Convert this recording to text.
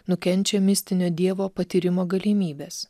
nukenčia mistinio dievo patyrimo galimybės